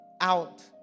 out